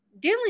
Dylan